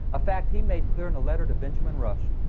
a fact he made clear in a letter to benjamin rush.